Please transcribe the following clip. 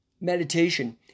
meditation